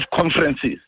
conferences